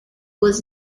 was